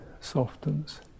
softens